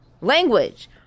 language